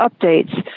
updates